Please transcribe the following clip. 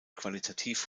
qualitativ